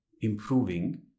improving